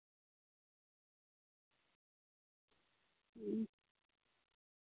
ᱦᱩᱸ